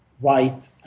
right